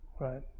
Right